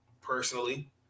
personally